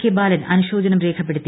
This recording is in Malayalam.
കെ ബാലൻ അനുശോചനം രേഖപ്പെടുത്തി